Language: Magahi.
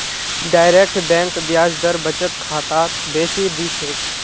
डायरेक्ट बैंक ब्याज दर बचत खातात बेसी दी छेक